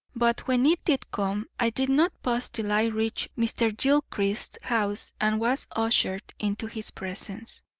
but when it did come i did not pause till i reached mr. gilchrist's house and was ushered into his presence.